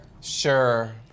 Sure